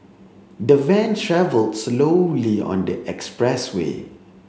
the van travelled slowly on the expressway